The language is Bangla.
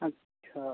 আচ্ছা